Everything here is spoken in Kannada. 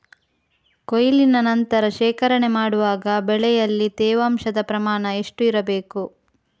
ಕೊಯ್ಲಿನ ನಂತರ ಶೇಖರಣೆ ಮಾಡುವಾಗ ಬೆಳೆಯಲ್ಲಿ ತೇವಾಂಶದ ಪ್ರಮಾಣ ಎಷ್ಟು ಇರಬೇಕು?